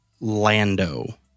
Lando